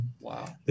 Wow